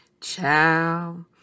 Ciao